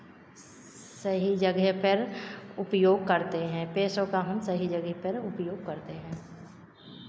सही जगह पर उपयोग करते हैं पैसों का हम सही जगह पर उपयोग करते हैं